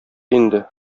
инде